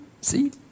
See